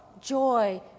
joy